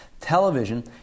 Television